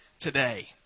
today